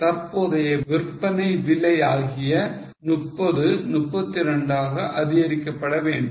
எனவே தற்போதைய விற்பனை விலை ஆகிய 30 32 ஆக அதிகரிக்கப்பட வேண்டும்